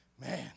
man